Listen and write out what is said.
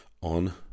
on